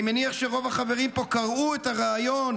אני מניח שרוב החברים פה קראו את הריאיון